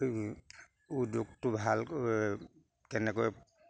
উদ্যোগটো ভাল কেনেকৈ